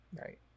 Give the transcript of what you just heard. right